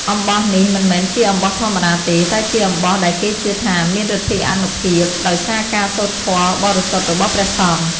អំបោះនេះមិនមែនជាអំបោះធម្មតាទេ តែជាអំបោះដែលគេជឿថាមានឫទ្ធិអានុភាពដោយសារការសូត្រធម៌បរិសុទ្ធរបស់ព្រះសង្ឃ។